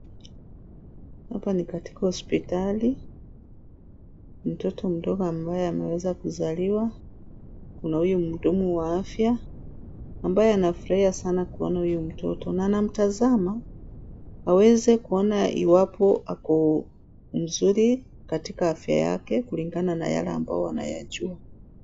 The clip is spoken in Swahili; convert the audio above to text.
Hapa ni katika hospitali. Mtoto mdogo ambaye ameweza kuzaliwa. Kuna huyu mdumu wa afya, ambaye anafurahia sana kuwa na huyu mtoto, na anamtazama. Aweze kuona iwapo ako mzuri, katika afya yake, kulingana na yale ambayo wanayajua.